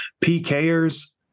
PKers